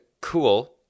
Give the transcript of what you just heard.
cool